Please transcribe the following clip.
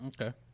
Okay